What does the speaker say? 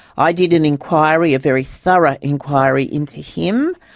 i did an enquiry, a very thorough enquiry into him.